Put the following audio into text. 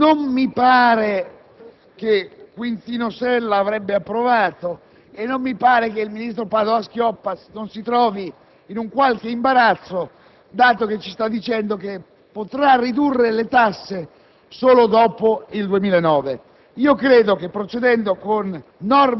Il motivo grave per cui sono favorevole alla soppressione di questi articoli è che la costituzione dell'Agenzia comporta oneri rilevanti che sono destinati ad assunzioni di personale in